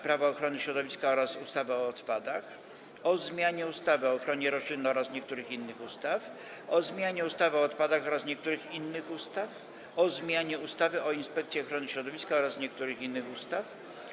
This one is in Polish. Prawo ochrony środowiska oraz ustawy o odpadach, - o zmianie ustawy o ochronie roślin oraz niektórych innych ustaw, - o zmianie ustawy o odpadach oraz niektórych innych ustaw, - o zmianie ustawy o Inspekcji Ochrony Środowiska oraz niektórych innych ustaw,